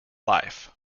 life